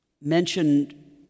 mentioned